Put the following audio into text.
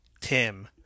Tim